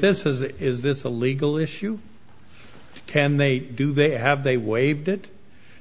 this is is this a legal issue can they do they have they waived it